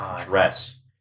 dress